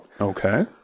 okay